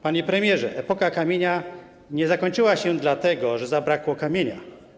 Panie premierze, epoka kamienia nie zakończyła się dlatego, że zabrakło kamienia.